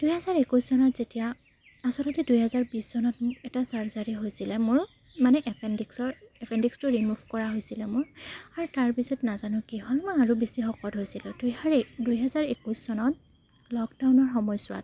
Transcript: দুহেজাৰ একৈছ চনত যেতিয়া আচলতে দুহেজাৰ বিছ চনত মোক এটা চাৰ্জাৰী হৈছিলে মোৰ মানে এপেণ্ডিক্সৰ এপেণ্ডিক্সটো ৰিমুভ কৰা হৈছিলে মোৰ আৰু তাৰপিছত নাজানো কি হ'ল মই আৰু বেছি শকত হৈছিলোঁ দুহাৰী দুহেজাৰ একৈছ চনত লকডাউনৰ সময়ছোৱাত